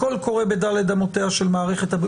הכול קורה בדל"ת אמותיה של מערכת הבריאות.